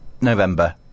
November